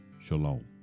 Shalom